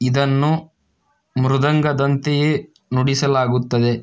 ಇದನ್ನು ಮೃದಂಗದಂತೆಯೇ ನುಡಿಸಲಾಗುತ್ತದೆ